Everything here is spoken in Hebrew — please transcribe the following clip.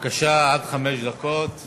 בבקשה, עד חמש דקות, לא חייבים.